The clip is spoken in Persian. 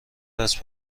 است